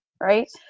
right